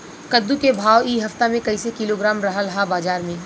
कद्दू के भाव इ हफ्ता मे कइसे किलोग्राम रहल ह बाज़ार मे?